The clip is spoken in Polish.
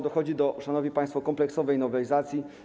dochodzi, szanowni państwo, do kompleksowej nowelizacji.